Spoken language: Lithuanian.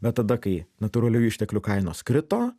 bet tada kai natūralių išteklių kainos krito